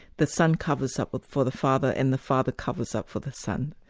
the son covers up for the father and the father covers up for the son.